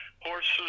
Horses